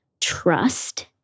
trust